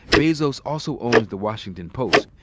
bezos also owns the washington post,